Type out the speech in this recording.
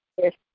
Yes